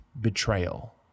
betrayal